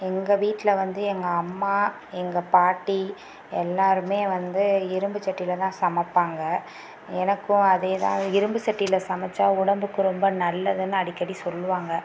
எங்கள் வீட்டில் வந்து எங்கள் அம்மா எங்கள் பாட்டி எல்லோருமே வந்து இரும்பு சட்டிலதான் சமைப்பாங்க எனக்கும் அதேதான் இரும்பு சட்டியில் சமைத்தா உடம்புக்கு ரொம்ப நல்லதுன்னு அடிக்கடி சொல்லுவாங்க